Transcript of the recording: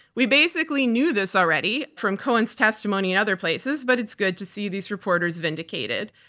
we basically knew this already from cohen's testimony in other places, but it's good to see these reporters vindicated.